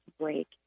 break